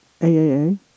AAA